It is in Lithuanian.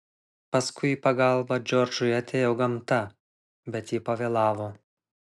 paskui į pagalbą džordžui atėjo gamta bet ji pavėlavo